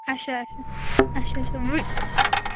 اَچھا اَچھا اَچھا اَچھا